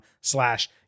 slash